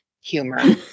humor